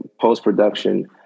post-production